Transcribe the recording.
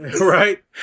right